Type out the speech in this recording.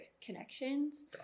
connections